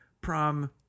prom